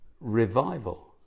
revival